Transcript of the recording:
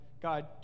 God